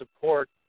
support